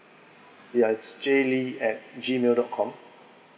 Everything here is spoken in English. yeah it's jaylee at G mail dot com